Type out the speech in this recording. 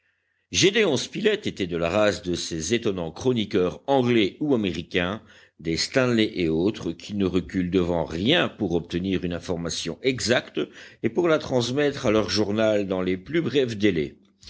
gédéon spilett était de la race de ces étonnants chroniqueurs anglais ou américains des stanley et autres qui ne reculent devant rien pour obtenir une information exacte et pour la transmettre à leur journal dans les plus brefs délais